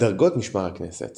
דרגות משמר הכנסת